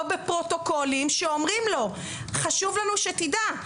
בפרוטוקולים שאומרים לו: חשוב לנו שתדע,